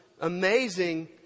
amazing